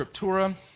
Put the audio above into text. scriptura